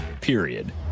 Period